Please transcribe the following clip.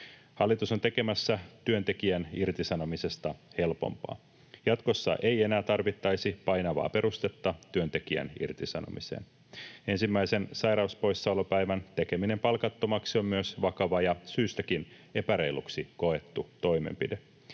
Hallitus on tekemässä työntekijän irtisanomisesta helpompaa. Jatkossa ei enää tarvittaisi painavaa perustetta työntekijän irtisanomiseen. Ensimmäisen sairauspoissaolopäivän tekeminen palkattomaksi on myös vakava ja syystäkin epäreiluksi koettu toimenpide.